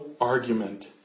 argument